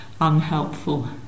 unhelpful